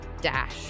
dash